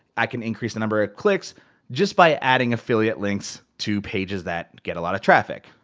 i can increase the number of clicks just by adding affiliate links to pages that get a lot of traffic.